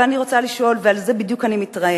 אבל אני רוצה לשאול, ועל זה בדיוק אני מתרעמת: